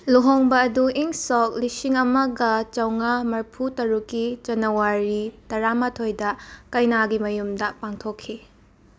ꯂꯨꯍꯣꯡꯕ ꯑꯗꯨ ꯏꯪ ꯁꯣꯛ ꯂꯤꯁꯤꯡ ꯑꯃꯒ ꯆꯥꯝꯃꯉꯥ ꯃꯔꯐꯨꯇꯔꯨꯛꯀꯤ ꯖꯅꯋꯥꯔꯤ ꯇꯔꯥꯃꯥꯊꯣꯏꯗ ꯀꯩꯅꯥꯒꯤ ꯃꯌꯨꯝꯗ ꯄꯥꯡꯊꯣꯈꯤ